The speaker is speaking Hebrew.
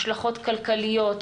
השלכות כלכליות,